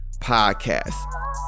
podcast